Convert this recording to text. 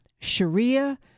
Sharia